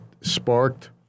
sparked –